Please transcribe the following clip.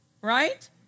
Right